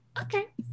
Okay